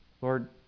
Lord